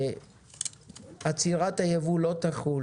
עיקרון שני, עצירת היבוא לא תחול